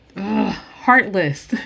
heartless